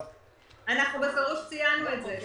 אנחנו בפירוש ציינו את זה.